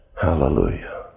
Hallelujah